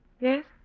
Yes